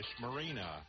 Marina